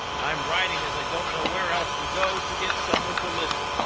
i'm writing as i don't know where else to go to get someone to listen.